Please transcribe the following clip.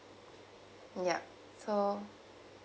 ya so